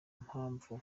mpamvu